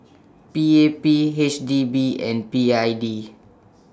B A B H D B and B I D